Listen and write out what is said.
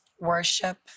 Worship